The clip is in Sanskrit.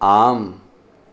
आम्